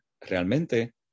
realmente